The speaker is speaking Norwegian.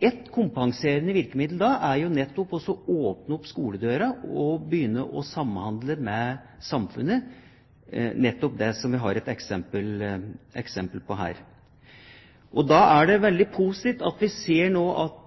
Ett kompenserende virkemiddel da er jo å åpne opp skoledøra og begynne å samhandle med samfunnet. Det er nettopp det vi har et eksempel på her. Det er veldig positivt at vi nå ser at det er mulig å løse litt opp på strukturen her, slik at